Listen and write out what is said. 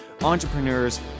entrepreneurs